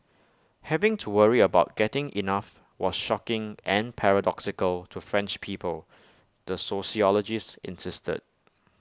having to worry about getting enough was shocking and paradoxical to French people the sociologist insisted